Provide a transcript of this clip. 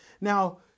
Now